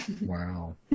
Wow